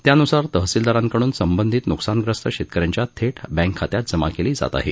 त्यान्सार तहसीलदारांकडून संबंधित न्कसानग्रस्त शेतकऱ्यांच्या थेट बँक खात्यात जमा केली जात आहे